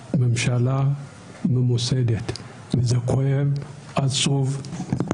החלטת ממשלה ממוסדת, וזה כואב ועצוב.